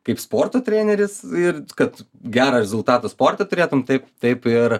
kaip sporto treneris ir kad gerą rezultatą sporte turėtum taip taip ir